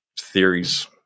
theories